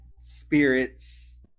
spirits